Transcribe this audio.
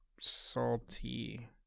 salty